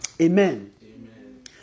Amen